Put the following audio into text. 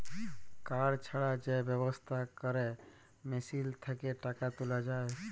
card ছাড়া যে ব্যবস্থা ক্যরে মেশিল থ্যাকে টাকা তুলা যায়